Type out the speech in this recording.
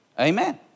Amen